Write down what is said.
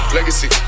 Legacy